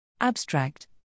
Abstract